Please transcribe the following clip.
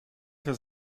für